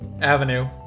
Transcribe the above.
Avenue